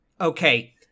Okay